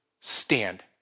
stand